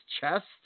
chest